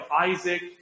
Isaac